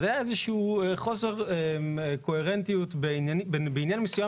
אז היה איזה שהוא חוסר קוהרנטיות בעניין מסוים